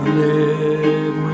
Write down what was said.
live